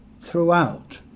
throughout